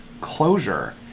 closure